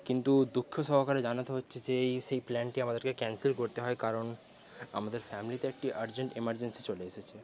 কিন্তু দুঃখ সহকারে জানাতে হচ্ছে যে এই সেই প্ল্যানটি আমাদেরকে ক্যান্সেল করতে হয় কারণ আমাদের ফ্যামিলিতে একটি আর্জেন্ট ইমারজেন্সি চলে এসেছে